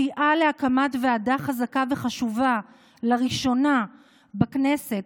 סייעה להקמת ועדה חזקה וחשובה לראשונה בכנסת,